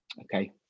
okay